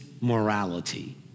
morality